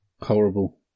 horrible